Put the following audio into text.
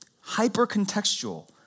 Hyper-contextual